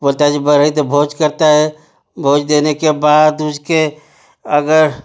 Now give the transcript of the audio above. बोलता है जो बरहई तो भोज करता है भोज देने के बाद उसके अगर